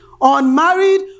unmarried